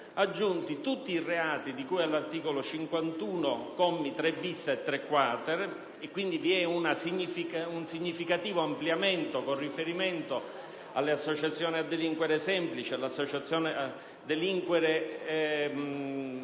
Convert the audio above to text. aggiunti tutti i reati di cui all'articolo 51, commi 3-*bis* e 3-*quarter*, con un significativo ampliamento con riferimento alle associazioni a delinquere semplici, alle associazioni a delinquere contemplate